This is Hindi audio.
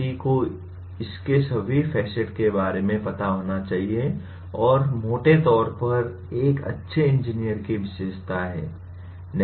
किसी को इसके सभी फैसिट के बारे में पता होना चाहिए और ये मोटे तौर पर एक अच्छे इंजीनियर की विशेषताएं हैं